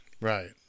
Right